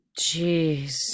Jeez